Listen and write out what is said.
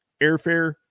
airfare